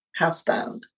housebound